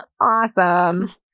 Awesome